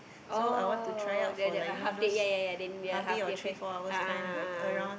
oh that that half day ya ya then the half day fair ah ah ah ah ah